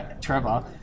Trevor